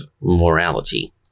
morality